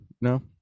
No